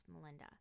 Melinda